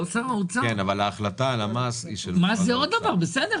ולכן אנחנו רוצים שהפטורים יינתנו קודם כול לאוטובוסים וכולי,